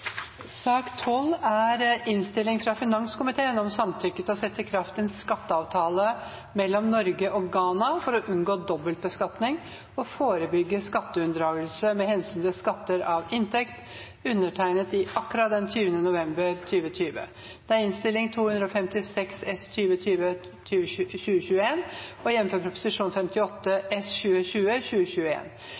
Sak nr. 11 var interpellasjon. Under debatten er forslaget til vedtak endret og lyder nå: Stortinget samtykker til å sette i kraft en skatteavtale mellom Norge og Ghana for å unngå dobbeltbeskatning og forebygge skatteunndragelse med hensyn til skatter av inntekt, undertegnet i Accra den 20. november 2020. Under debatten er det satt frem i alt tre forslag. Det er